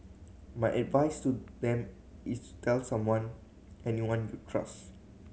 my advice to them is tell someone anyone you trust